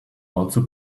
also